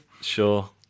Sure